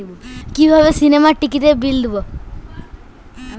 কিভাবে সিনেমার টিকিটের বিল দেবো?